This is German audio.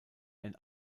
ein